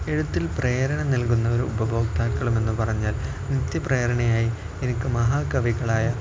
എഴുത്തിൽ പ്രേരണ നൽകുന്ന ഒരു ഉപഭോക്താക്കളെന്ന് പറഞ്ഞാൽ നിത്യ പ്രേരണയായി എനിക്ക് മഹാകവികളായ